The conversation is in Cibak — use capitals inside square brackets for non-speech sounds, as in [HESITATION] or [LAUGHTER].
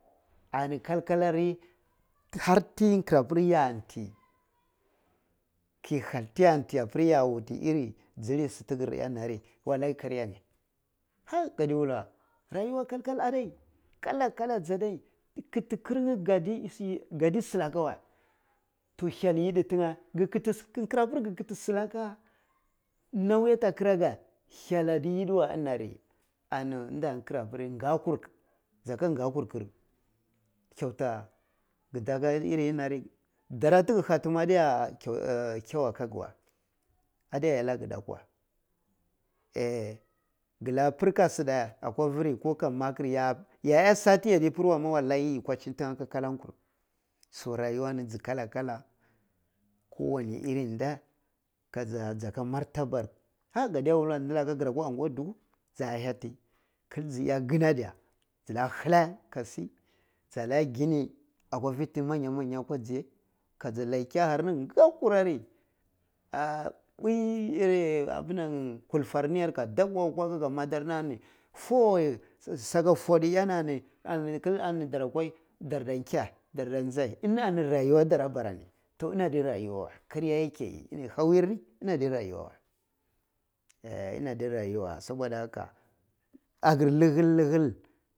Ani kal-kal ah ri har ti ngir apiri y anti ke hyau ti y anti appir ya wuti irri jilli si tikkir iya ni wallai kaya ne ha gadi wulla we rayuwa kal kal adai kala-kala ja dai kiti gir nye gadi silaka wey toh hyal yitti fi nye ki gi kiti gir nye ati silaka wey toh hyal yiddi tin ye gi kiti, gi kirabir gi kiti silaka nawuyi ata kiraga hyal adi iddi we iniari annu da nr kirabir ngakur, j aka ngakur kir, kyauta gi ta ga iri ina ri dara ti gi hatti ma ah [HESITATION] kyan aka gi we hade iya laga kyan wey a gilika pri so si’idta akwa viri koh ka maker ya iya sati yadi pir ma weh wallai yi gwachini tin ye aka kalae kur so rayuwa ni ji kala ko wani iri nde kaja jaka mortaba ha kade wulla ndilaka gira kwaa angwa dur ku ja hiyati kil jii iya ginna diya ji liha hillah ka si, jalla iya gini akwa vi ti manya manya akwa jiye kaja lai kihya nir ngakurari ah puyi [HESITATION] kulfa nir yare ka dabi akwa k aka mada ni, four sotu fotu ya ni ani kil ai dara kwa dar da nkiye da da njai ini ani iri rajuwa ti dar ila bara nit oh ini adi rayuwa kaye yake hawurni ini adi rayuwa wey ek chi adi rajuwa weh soboda haka agir lihil lihil.